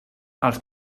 els